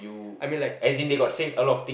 I mean like